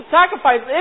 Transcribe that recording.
sacrifice